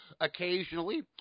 Occasionally